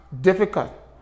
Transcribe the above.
difficult